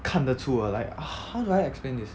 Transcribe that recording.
看得出的 like how do I explain this